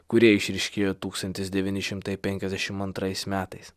kurie išryškėjo tūkstantis devyni šimtai penkiasdešim antrais metais